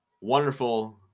wonderful